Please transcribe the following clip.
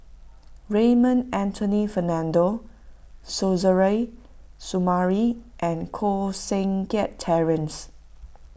Raymond Anthony Fernando Suzairhe Sumari and Koh Seng Kiat Terence